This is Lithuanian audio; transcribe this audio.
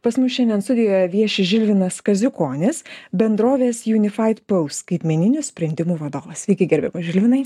pas mus šiandien studijoje vieši žilvinas kaziukonis bendrovės unifiedpost skaitmeninių sprendimų vadovas sveiki gerbiamas žilvinai